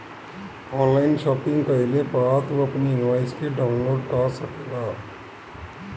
online shopping कईला पअ तू अपनी इनवॉइस के डाउनलोड कअ सकेला